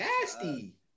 nasty